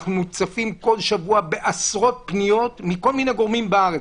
אנחנו מוצפים כל שבוע בעשרות פניות מכל מיני גורמים בארץ,